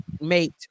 mate